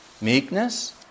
Meekness